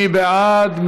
מי בעד?